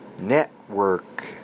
network